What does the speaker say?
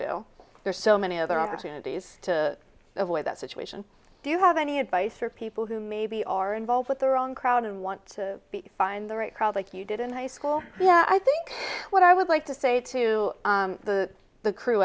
do there's so many other opportunities to avoid that situation do you have any advice for people who maybe are involved with the wrong crowd and want to find the right crowd like you did in high school yeah i think what i would like to say to the